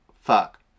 fuck